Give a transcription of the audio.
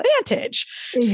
advantage